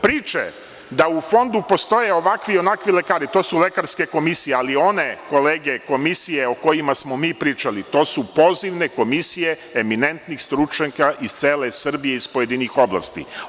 Priče da u Fondu postoje ovakvi i onakvi lekari, to su lekarske komisije, ali one kolege komisije o kojima smo mi pričali, to su pozivne komisije eminentnih stručnjaka iz cele Srbije i iz pojedinih oblasti.